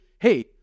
hey